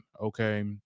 Okay